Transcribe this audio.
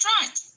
right